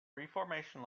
reformation